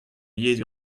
yezh